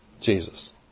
Jesus